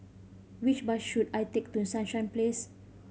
which bus should I take to Sunshine Place